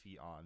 on